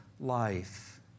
life